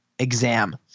exam